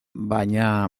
baina